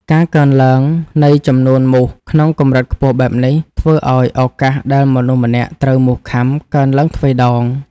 ការកើនឡើងនៃចំនួនមូសក្នុងកម្រិតខ្ពស់បែបនេះ ធ្វើឱ្យឱកាសដែលមនុស្សម្នាក់ត្រូវមូសខាំកើនឡើងទ្វេដង។